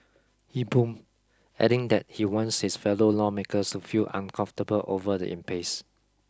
he boomed adding that he wants his fellow lawmakers to feel uncomfortable over the impasse